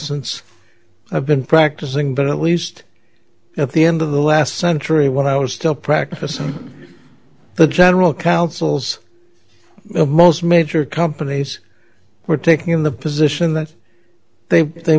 since i've been practicing but at least at the end of the last century when i was still practicing the general counsel's most major companies were taking the position that they they